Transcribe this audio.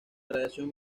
radiación